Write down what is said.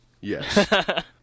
Yes